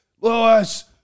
Lewis